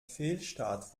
fehlstart